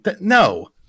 no